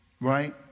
right